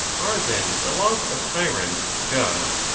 are then the laws of tyrants just,